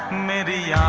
many